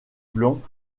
blanc